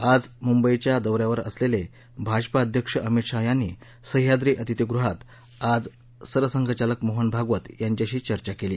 आज मुंबईच्या दौ यावर असलेले भाजपा अध्यक्ष अमित शहा यांनी सह्याद्री अतिथीगृहात आज सरसंघचालक मोहन भागवत यांच्याशी चर्चा केली